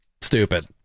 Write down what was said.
stupid